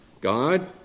God